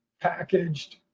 packaged